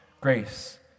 grace